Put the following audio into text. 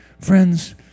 friends